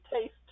taste